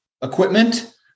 equipment